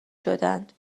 شدند